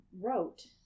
wrote